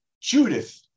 Judith